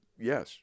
yes